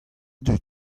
dud